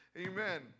Amen